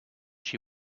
she